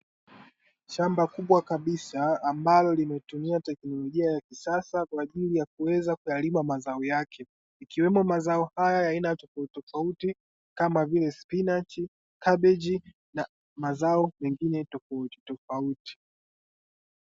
Shamba kubwa kabisa ambalo limetumia teknolojia ya kisasa kwa ajili ya kuweza kuyalima mazao yake. Ikiwemo mazao haya ya aina tofauti tofauti, kama vile spinachi, kabeji, na mazao mengine tofauti tofauti."